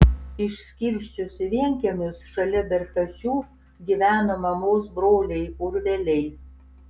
išskirsčius į vienkiemius šalia bertašių gyveno mamos broliai urveliai